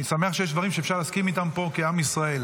אני שמח שיש דברים שאפשר להסכים איתם פה כעם ישראל,